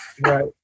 Right